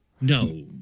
no